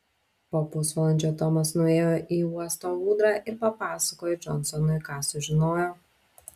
po pusvalandžio tomas nuėjo į uosto ūdrą ir papasakojo džonsonui ką sužinojo